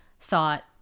thought